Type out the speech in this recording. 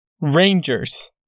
Rangers